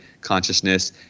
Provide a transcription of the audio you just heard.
consciousness